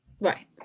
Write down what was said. Right